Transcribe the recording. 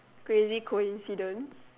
crazy coincidence